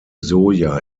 soja